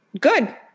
good